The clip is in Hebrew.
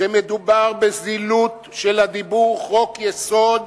שמדובר בזילות של הדיבור חוק-יסוד,